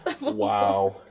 Wow